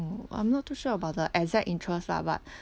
I'm not too sure about the exact interest lah but